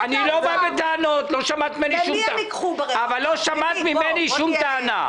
אני לא בא בטענות, לא שמעת ממני שום טענה.